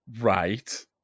Right